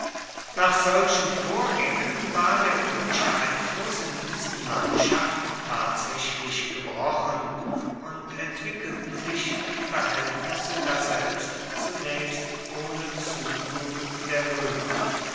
nach solchen vorgängen war der römische einfluß in diesen landschaften tatsächlich gebrochen und entwickelten sich die verhältnisse daselbst zunächst ohne zutun der römer